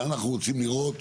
אבל אנחנו רוצים לראות